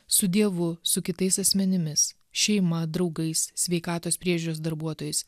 su dievu su kitais asmenimis šeima draugais sveikatos priežiūros darbuotojais